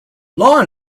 law